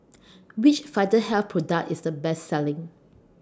Which Vitahealth Product IS The Best Selling